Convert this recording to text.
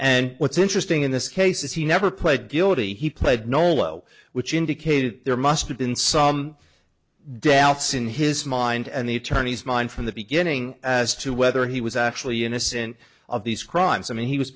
and what's interesting in this case is he never played guilty he pled nolo which indicated there must have been some day out sin his mind and the attorneys mind from the beginning as to whether he was actually innocent of these crimes i mean he was